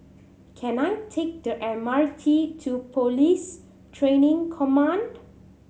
can I take the M R T to Police Training Command